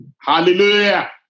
Hallelujah